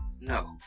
No